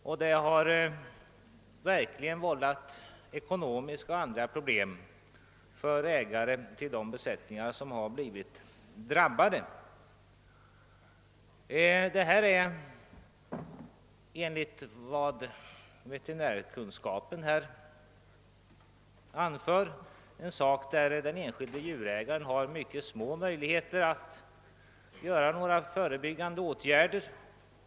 Sådan infektion har vållat ekonomiska och andra svårigheter för ägare till de besättningar som har blivit drabbade. Enligt vad veterinärsakkunskapen anför har den enskilde djurägaren mycket små möjligheter att vidta några förebyggande åtgärder.